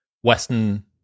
western